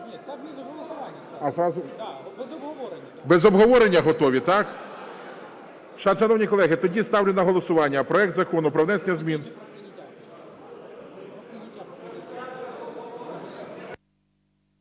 за скороченою процедурою. Без обговорення готові, так? Шановні колеги, тоді ставлю на голосування проект Закону про внесення змін…